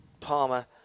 Palmer